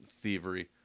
thievery